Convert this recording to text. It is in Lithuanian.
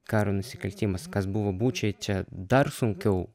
karo nusikaltimas kas buvo bučioj čia dar sunkiau